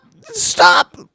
stop